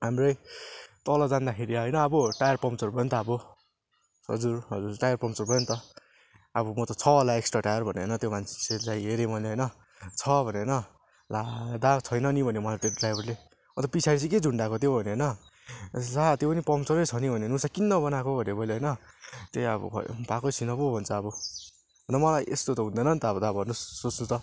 हाम्रै तल जाँदाखेरि होइन अब टायर पम्चर भयो नि त अब हजुर हजुर टायर पम्चर भयो नि त अब म त छ होला एक्स्ट्रा टायर भनेर होइन त्यो मान्छेलाई हेरेँ मैले होइन छ भनेर ला दा छैन नि भन्यो मलाई त्यो ड्राइभरले अन्त पछाडि चाहिँ के झुन्डाएको त्यो भनेँ होइन दा त्यो पनि पम्चरै छ नि भन्यो उसो भए किन नबनाएको भनेँ मैले होइन त्यही अब भयो भएको छैन पो भन्छ अब अन्त मलाई यस्तो त हुँदैन नि त दा भन्नुहोस् सोच्नु त